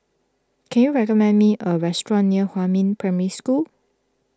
can you recommend me a restaurant near Huamin Primary School